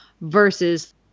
versus